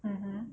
mmhmm